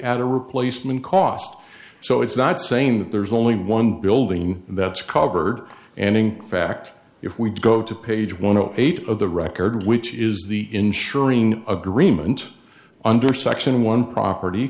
out a replacement cost so it's not saying that there's only one building that's covered and ink fact if we go to page one hundred eight of the record which is the insuring agreement under section one property